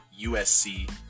USC